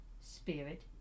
spirit